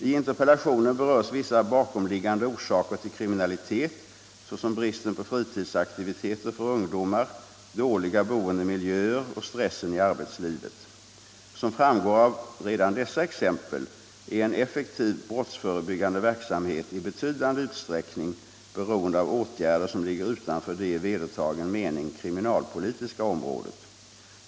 I interpellationen berörs vissa bakomliggande orsaker till kriminalitet såsom bristen på fritidsaktiviteter för ungdomar, dåliga boendemiljöer och stressen i arbetslivet. Som framgår av redan dessa exempel är en effektiv brottsförebyggande verksamhet i betydande utsträckning oeroende av åtgärder som ligger utanför det i vedertagen mening kriminalpolitiska området.